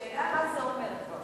השאלה, מה זה אומר.